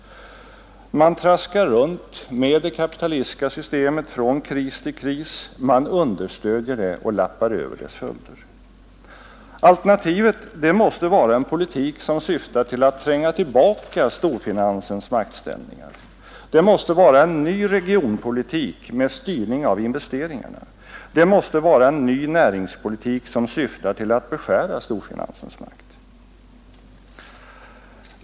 Man traskar runt med det kapitalistiska systemet från kris till kris, man understödjer det och lappar över dess följder. Alternativet måste vara en politik som syftar till att tränga tillbaka storfinansens maktställningar. Det måste vara en ny regionalpolitik med styrning av investeringarna. Det måste vara en ny näringspolitik som syftar till att beskära storfinansens makt.